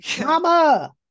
Mama